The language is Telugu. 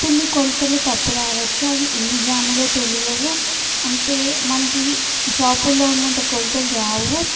కొన్ని కొలతలు తప్పు రావచ్చు అవి ఎన్ని గ్రాములు తెలియవు అంటే మనకి షాపులలో ఉన్నంత కొలతలు రావు